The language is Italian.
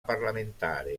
parlamentare